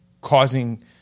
causing